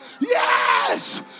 Yes